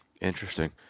Interesting